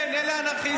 כן, אלה אנרכיסטים.